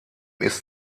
ist